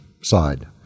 side